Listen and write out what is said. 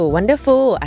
Wonderful